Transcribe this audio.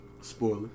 spoiler